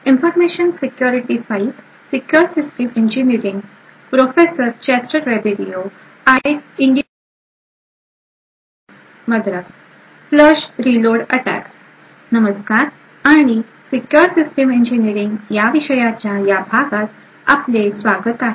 नमस्कार आणि secure system engineering या विषयाच्या या भागात आपले स्वागत आहे